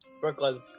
Brooklyn